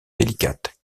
délicate